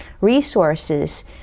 Resources